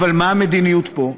אבל מה המדיניות פה?